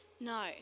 No